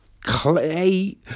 Clay